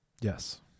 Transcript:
yes